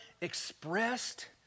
expressed